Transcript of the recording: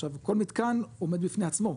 עכשיו כל מתקן עומד בפני עצמו,